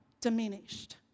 diminished